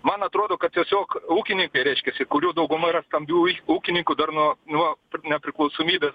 man atrodo kad tiesiog ūkininkai reiškiasi kurių dauguma yra stambiųjų ūkininkų dar nuo nuo nepriklausomybės